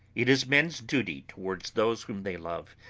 it is men's duty towards those whom they love,